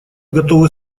готовы